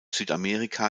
südamerika